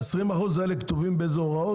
ה-20% האלה כתובים באיזה הוראות?